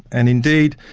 and indeed,